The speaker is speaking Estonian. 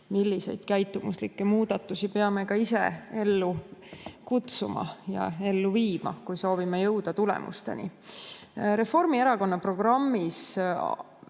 milliseid käitumuslikke muudatusi peame ka ise ellu kutsuma ja ellu viima, kui soovime jõuda tulemusteni. Reformierakonna programmi